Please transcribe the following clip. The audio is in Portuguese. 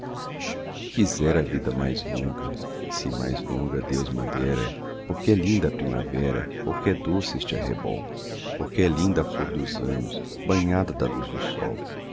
quisera a vida mais longa se mais longa deus ma dera porque é linda a primavera porque é doce este arrebol porque é linda a flor dos anos banhada da luz do sol